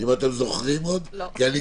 לא זוכר מהי.